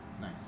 Nice